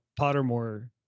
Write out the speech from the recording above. Pottermore